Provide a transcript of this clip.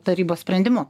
tarybos sprendimu